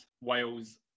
Wales